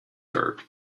her